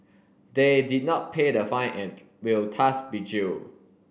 they did not pay the fine and will thus be jail